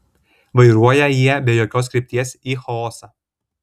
vairuoja jie be jokios krypties į chaosą